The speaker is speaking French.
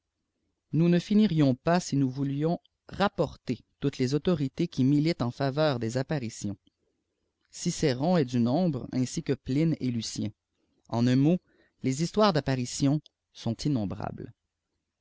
nous ne finirions pas ii nous voulions rappo toutes les a b p ritésl militent en faveur des apparitions gcn est du n bre ainsi que plme et lucien en un mat les histoires d'apparitions sont innombrables